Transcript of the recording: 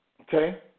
Okay